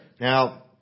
Now